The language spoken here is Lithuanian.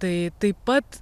tai taip pat